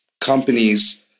companies